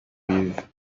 with